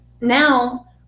now